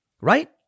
right